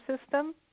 system